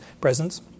presence